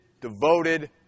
devoted